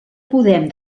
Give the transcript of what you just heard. podem